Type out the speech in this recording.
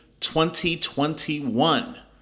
2021